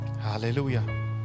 Hallelujah